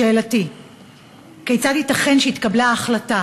שאלותי: 1. כיצד ייתכן שהתקבלה ההחלטה